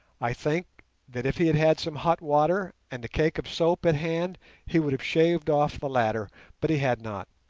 i think that if he had had some hot water and a cake of soap at hand he would have shaved off the latter but he had not.